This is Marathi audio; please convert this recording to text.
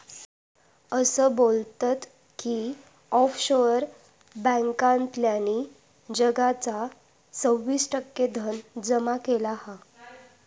असा बोलतत की ऑफशोअर बॅन्कांतल्यानी जगाचा सव्वीस टक्के धन जमा केला हा